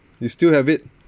you still have it